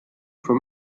for